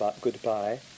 goodbye